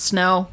Snow